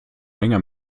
länger